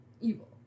evil